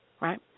right